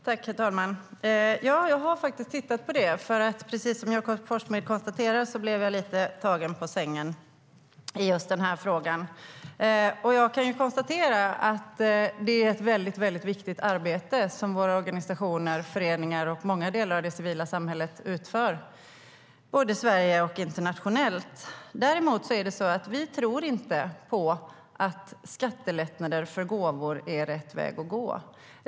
Herr talman! Jag har nu tittat på detta. Som Jakob Forssmed konstaterar blev jag lite tagen på sängen i den här frågan. Det är ett väldigt viktigt arbete som våra organisationer och föreningar och många andra delar av det civila samhället utför, både i Sverige och internationellt. Men vi tror inte på att skattelättnader för gåvor är rätt väg att gå.